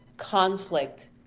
conflict